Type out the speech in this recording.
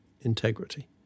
integrity